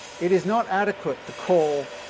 it is not adequate the call